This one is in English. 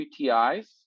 UTIs